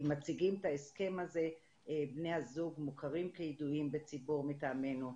אם מציגים את ההסכם הזה בני הזוג מוכרים כידועים בציבור מטעמנו.